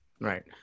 Right